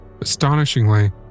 Astonishingly